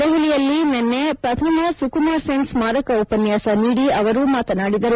ದೆಹಲಿಯಲ್ಲಿ ನಿನ್ನೆ ಪ್ರಥಮ ಸುಕುಮಾರ್ ಸೆನ್ ಸ್ಮಾರಕ ಉಪನ್ಯಾಸ ನೀಡಿ ಅವರು ಮಾತನಾಡಿದರು